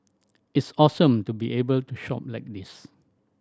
it's awesome to be able to shop like this